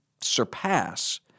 surpass